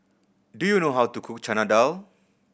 do you know how to cook Chana Dal